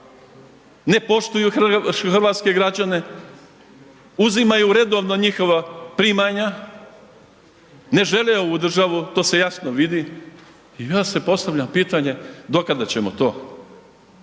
ne poštuju hrvatske građane uzimaju redovno njihova primanja, ne žele ovu državu, to se jasno vidi i onda se postavlja pitanje do kada ćemo to.